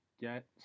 get